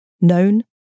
known